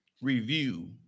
review